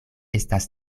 estas